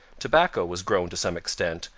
tobacco was grown to some extent,